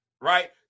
right